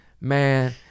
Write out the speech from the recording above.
man